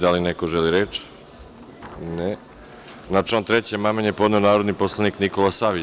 Da li neko želi reč? (Ne) Na član 3. amandman je podneo narodni poslanik Nikola Savić.